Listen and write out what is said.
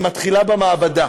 היא מתחילה במעבדה,